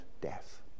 death